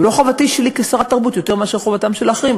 זו לא חובתי שלי כשרת התרבות יותר מאשר חובתם של אחרים.